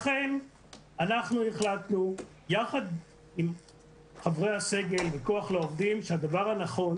לכן אנחנו החלטנו יחד עם חברי הסגל וכוח לעובדים שהדבר הנכון